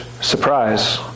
surprise